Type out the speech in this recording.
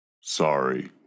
Sorry